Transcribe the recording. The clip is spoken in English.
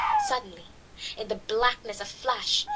suddenly in the blackness a flash,